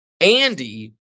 Andy